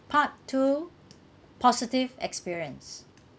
part two positive experience